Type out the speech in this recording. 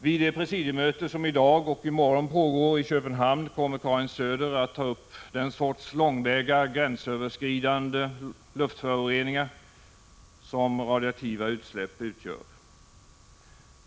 Vid det presidiemöte som i dag och i morgon pågår i Köpenhamn kommer 24 Karin Söder att ta upp den sorts långväga gränsöverskridande luftförorening ar som radioaktiva utsläpp utgör.